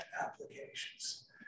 applications